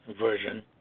version